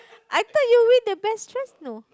I thought you win the best dress no